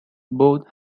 both